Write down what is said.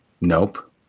nope